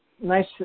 Nice